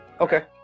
okay